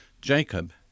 Jacob